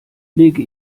lege